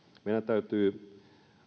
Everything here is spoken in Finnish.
meidän täytyy